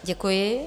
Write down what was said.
Děkuji.